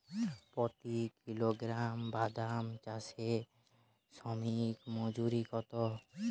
প্রতি কিলোগ্রাম বাদাম চাষে শ্রমিক মজুরি কত?